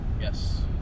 Yes